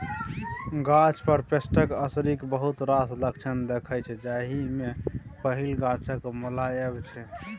गाछ पर पेस्टक असरिक बहुत रास लक्षण देखाइ छै जाहि मे पहिल गाछक मौलाएब छै